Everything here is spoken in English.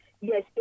Yes